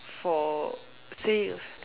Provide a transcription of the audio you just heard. for say